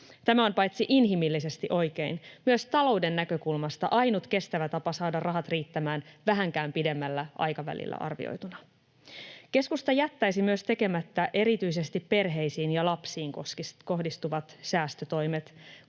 Tämä on paitsi inhimillisesti oikein myös talouden näkökulmasta ainut kestävä tapa saada rahat riittämään vähänkään pidemmällä aikavälillä arvioituna. Keskusta jättäisi myös tekemättä erityisesti perheisiin ja lapsiin kohdistuvat säästötoimet,